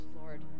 Lord